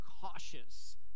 cautious